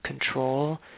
control